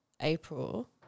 April